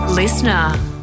Listener